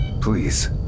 Please